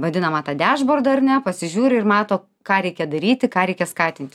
vadinamą tą diašbordą ar ne pasižiūri ir mato ką reikia daryti ką reikia skatinti